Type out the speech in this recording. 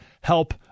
help